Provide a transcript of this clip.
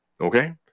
Okay